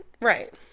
Right